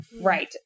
Right